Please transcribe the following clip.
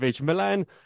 Milan